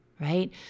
right